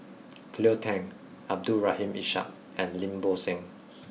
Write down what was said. Cleo Thang Abdul Rahim Ishak and Lim Bo Seng